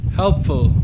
helpful